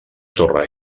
torre